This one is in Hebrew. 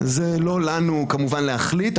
לא לנו כמובן להחליט,